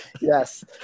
yes